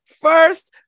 First